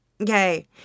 Okay